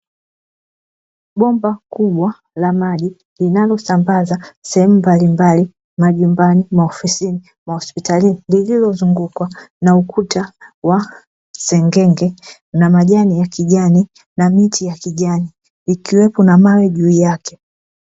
Bomba kubwa la maji linalosambaza sehemu mbalimbali majumbani, maofisini, mahospitali lililo zungukwa na ukuta wa sengenge na majani ya kijani na miti ya kijani ikiwemo mawe juu yake.